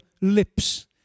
lips